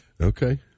Okay